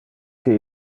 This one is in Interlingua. que